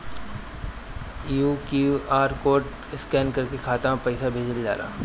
QR code scan करके खाता में पैसा भेजल जाला का?